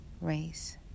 race